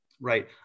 Right